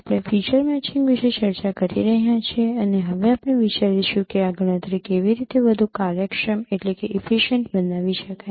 આપણે feature matching વિશે ચર્ચા કરી રહ્યા છીએ અને હવે આપણે વિચારીશું કે આ ગણતરી કેવી રીતે વધુ કાર્યક્ષમ બનાવી શકાય